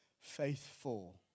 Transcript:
faithful